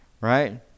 Right